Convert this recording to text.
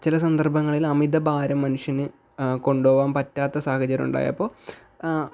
ചില സന്ദർഭങ്ങളിൽ അമിത ഭാരം മനുഷ്യന് കൊണ്ടുപോവാൻ പറ്റാത്ത സാഹചര്യം ഉണ്ടായപ്പോൾ